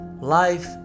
life